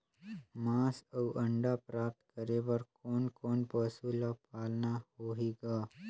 मांस अउ अंडा प्राप्त करे बर कोन कोन पशु ल पालना होही ग?